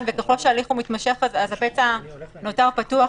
וככל שההליך מתמשך אז הפצע נותר פתוח.